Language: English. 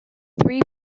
three